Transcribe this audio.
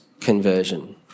conversion